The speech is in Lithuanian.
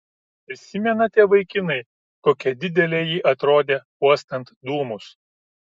prisimenate vaikinai kokia didelė ji atrodė uostant dūmus